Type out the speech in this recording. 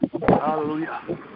hallelujah